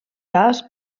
cas